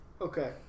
Okay